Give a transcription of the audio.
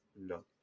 No